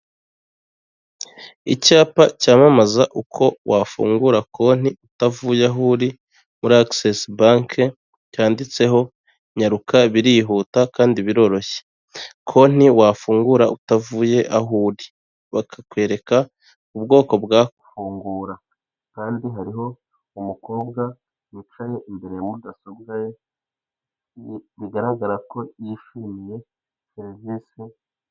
Icyapa cyamamaza uko wafungura konti utavuye aho uri muri access banke cyanditseho nyaruka birihuta kandi biroroshye konti wafungura utavuye aho uri bakakwereka ubwoko bwafungura kandi hariho umukobwa wicaye imbere ya mudasobwa ye bigaragara ko yishimiye serivisi.